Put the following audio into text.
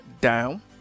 down